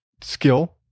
skill